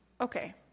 Okay